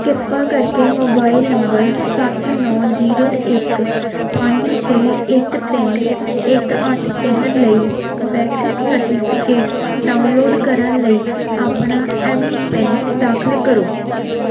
ਕਿਰਪਾ ਕਰਕੇ mobile number ਸੱਤ ਨੌ ਜ਼ੀਰੋ ਇੱਕ ਪੰਜ ਛੇ ਇੱਕ ਤਿੰਨ ਇੱਕ ਅੱਠ ਤਿੰਨ ਲਈ ਵੈਕਸੀਨ ਸਰਟੀਫਿਕੇਟ ਡਾਊਨਲੋਡ ਕਰਨ ਲਈ ਆਪਣਾ ਐਮਪਿੰਨ ਦਾਖਲ ਕਰੋ